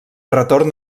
retorn